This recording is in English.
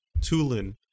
Tulin